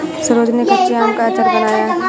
सरोज ने कच्चे आम का अचार बनाया